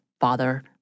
father